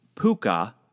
Puka